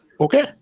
Okay